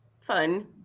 fun